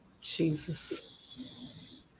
Jesus